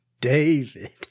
David